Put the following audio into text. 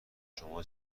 شما